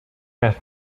beth